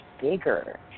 bigger